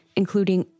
including